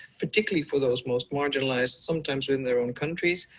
particularly for those most marginalised sometimes in their own countries,